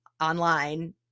online